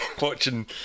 watching